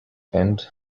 and